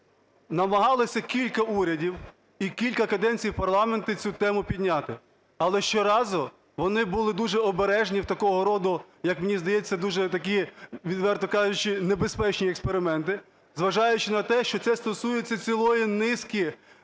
Намагалися кілька урядів і кілька каденцій парламенту цю тему підняти. Але щоразу вони були дуже обережні в такого роду, як мені здається, дуже такі, відверто кажучи, небезпечні експерименти, зважаючи на те, що це стосується цілої низки